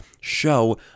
show